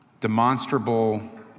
demonstrable